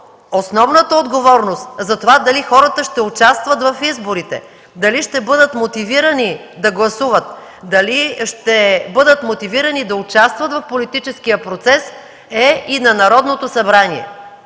основната отговорност дали хората ще участват в изборите, дали ще бъдат мотивирани да гласуват, дали ще бъдат мотивирани да участват в политическия процес е и на Народното събрание,